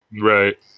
Right